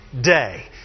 day